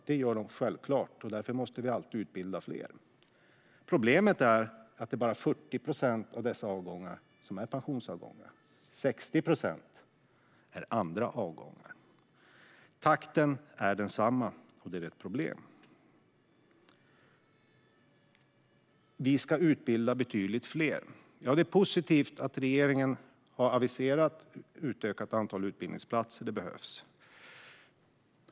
Självklart går folk i pension, så därför måste vi utbilda fler. Problemet är att det bara är 40 procent av dessa avgångar som är pensionsavgångar. 60 procent är andra avgångar. Takten är densamma, och det är ett problem. Det ska utbildas betydligt fler. Det är positivt att regeringen har aviserat en utökning av antalet utbildningsplatser, det behövs.